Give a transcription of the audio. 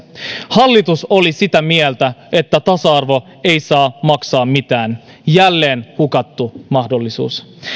hallitus oli sitä mieltä että tasa arvo ei saa maksaa mitään jälleen hukattu mahdollisuus